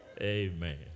Amen